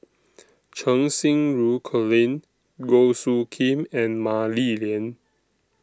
Cheng Xinru Colin Goh Soo Khim and Mah Li Lian